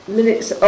minutes